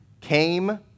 came